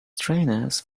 trainers